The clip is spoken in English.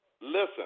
Listen